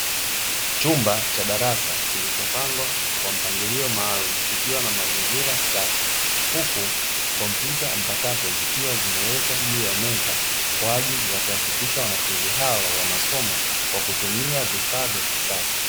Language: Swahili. Chumba cha darasa kilichopangwa kwa mpangilio maalumu kikiwa na mazingira safi, huku kompyuta mpakato zikiwa zimewekwa juu ya meza kwa ajili ya kuhakikisha wanafunzi hao wanasoma kwa kutumia vifaa vya kisasa.